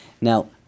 Now